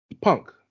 Punk